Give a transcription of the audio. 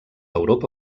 europa